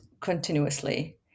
continuously